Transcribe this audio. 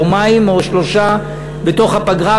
יומיים או שלושה בתוך הפגרה,